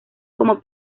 como